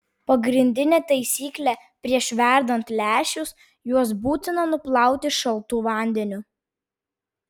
pagrindinė taisyklė prieš verdant lęšius juos būtina nuplauti šaltu vandeniu